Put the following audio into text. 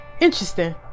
Interesting